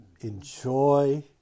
Enjoy